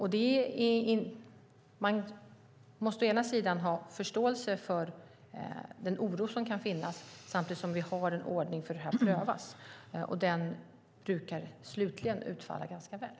Man måste å ena sidan ha förståelse för den oro som kan finnas, samtidigt som vi, å andra sidan, har en ordning för hur det hela prövas. Det brukar slutligen utfalla ganska väl.